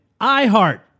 iHeart